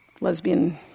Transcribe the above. lesbian